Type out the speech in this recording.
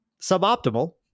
suboptimal